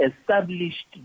established